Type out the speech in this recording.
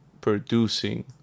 producing